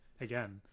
again